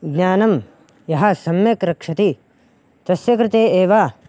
ज्ञानं यः सम्यक् रक्षति तस्य कृते एव